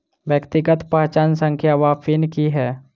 व्यक्तिगत पहचान संख्या वा पिन की है?